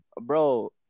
Bro